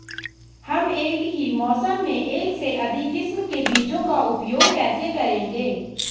हम एक ही मौसम में एक से अधिक किस्म के बीजों का उपयोग कैसे करेंगे?